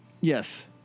Yes